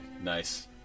nice